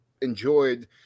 enjoyed